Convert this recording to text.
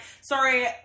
sorry